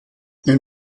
ein